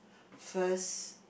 first